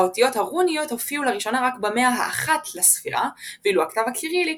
האותיות הרוניות הופיעו לראשונה רק במאה ה-1 לספירה ואילו הכתב הקירילי